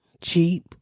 Cheap